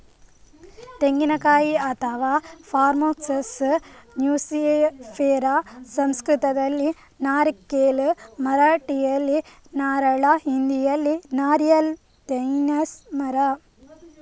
ತೆಂಗಿನಕಾಯಿ ಅಥವಾ ಪಾಮ್ಕೋಕೋಸ್ ನ್ಯೂಸಿಫೆರಾ ಸಂಸ್ಕೃತದಲ್ಲಿ ನಾರಿಕೇಲ್, ಮರಾಠಿಯಲ್ಲಿ ನಾರಳ, ಹಿಂದಿಯಲ್ಲಿ ನಾರಿಯಲ್ ತೆನ್ನೈ ಮರ